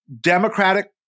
democratic